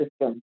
system